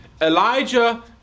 Elijah